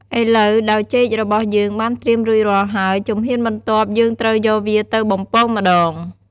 ឥឡូវដោយចេករបស់យើងបានត្រៀមរួចរាល់ហើយ ជំហានបន្ទាប់យើងត្រូវយកវាទៅបំពងម្ដង។